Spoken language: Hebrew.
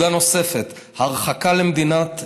נקודה נוספת, הרחקה למדינה שלישית.